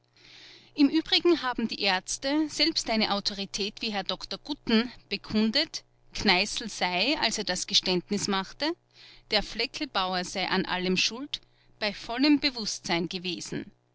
im übrigen haben die ärzte selbst eine autorität wie herr dr gutten bekundet kneißl sei als er das geständnis machte der flecklbauer sei an allem schuld bei vollem bewußtsein gewesen